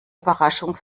überraschung